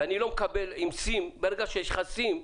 ואני לא מקבל עם סים ברגע שיש לך סים,